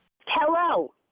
Hello